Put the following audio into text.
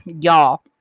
y'all